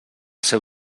seu